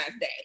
Day